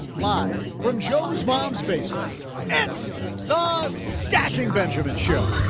live from joe's mom's basement it's the stacking benjamins show